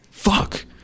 Fuck